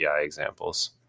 examples